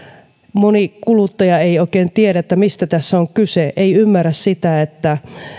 moni kuluttaja ei oikein tiedä mistä tässä on kyse ei ymmärrä sitä että